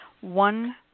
one